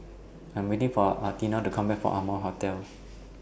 I'm waiting For Atina to Come Back from Amoy Hotel